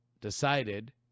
decided